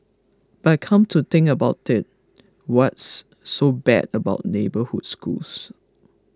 but come to think about it what's so bad about neighbourhood schools